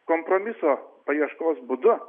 kompromiso paieškos būdu